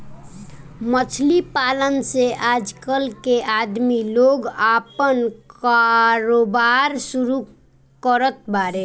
मछली पालन से आजकल के आदमी लोग आपन कारोबार शुरू करत बाड़े